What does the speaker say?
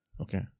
Okay